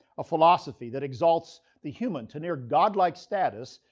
a philosophy that exalts the human to near god-like status,